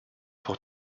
pour